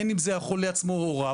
בין אם זה החולה עצמו או הוריו,